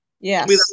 Yes